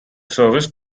service